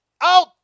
Out